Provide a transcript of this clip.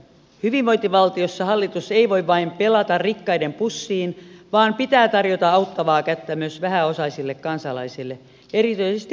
hyvinvointivaltiossa hallitus ei voi vain pelata rikkaiden pussiin vaan pitää tarjota auttavaa kättä myös vähäosaisille kansalaisille erityisesti vaikeina aikoina